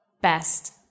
best